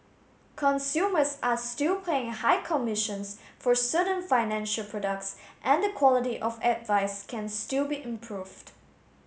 consumers are still paying high commissions for certain financial products and the quality of advice can still be improved